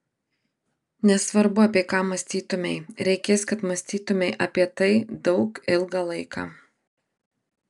nesvarbu apie ką mąstytumei reikės kad mąstytumei apie tai daug ilgą laiką